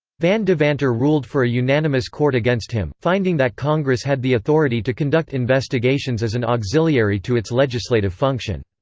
van devanter ruled for a unanimous court against him, finding that congress had the authority to conduct investigations as an auxiliary to its legislative function.